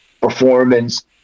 performance